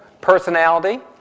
personality